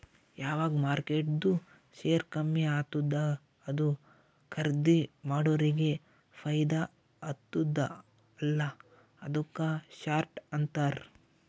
ಯಾವಗ್ ಮಾರ್ಕೆಟ್ದು ಶೇರ್ ಕಮ್ಮಿ ಆತ್ತುದ ಅದು ಖರ್ದೀ ಮಾಡೋರಿಗೆ ಫೈದಾ ಆತ್ತುದ ಅಲ್ಲಾ ಅದುಕ್ಕ ಶಾರ್ಟ್ ಅಂತಾರ್